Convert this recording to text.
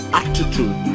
attitude